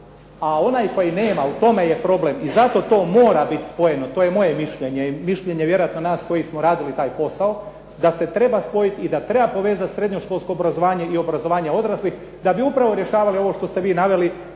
a onaj koji nema u tome je problem. I zato to mora biti spojeno. To je moje mišljenje i mišljenje vjerojatno nas koji smo radili taj posao, da se treba spojiti i da treba povezati srednjoškolsko obrazovanje i obrazovanje odraslih, da bi upravo rješavali ovo što ste vi naveli